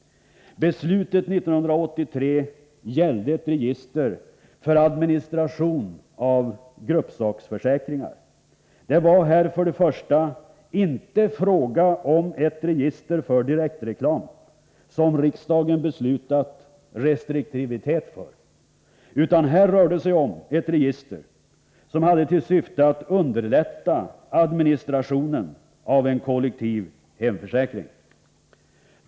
Beslutet 1983 gällde ett register för administration av gruppsakförsäkringar. Det var här för det första inte fråga om ett register för direktreklam, som riksdagen beslutat om restriktivitet för. Utan här rörde det sig om ett register som hade till syfte att underlätta administrationen av en kollektiv hemförsäkring.